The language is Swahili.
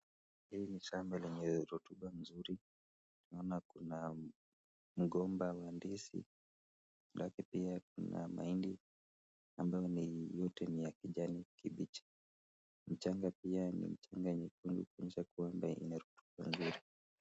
Hii ni shamba lenye rotuba mzuri, naona kuna mgomba wa ndizi ,hapo pia kuna mahindi ambayo yote ni ya kijani kibichi. Mchanga pia ni mchanga nyekundu kuonyesha kuwa ina rotuba nzuri.